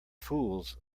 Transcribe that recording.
fools